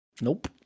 Nope